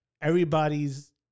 everybody's